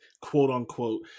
quote-unquote